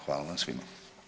Hvala vam svima.